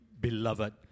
beloved